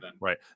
Right